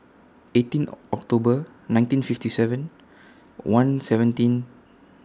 eighteen October nineteen fifty seven one seventeen